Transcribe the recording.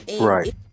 Right